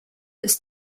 ist